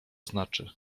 znaczy